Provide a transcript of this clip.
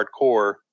hardcore